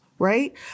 Right